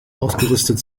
ausgerüstet